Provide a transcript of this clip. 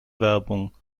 werbung